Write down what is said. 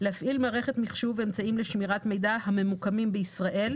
מערכת מחשוב ואמצעים לשמירת מידע הממוקמים בישראל,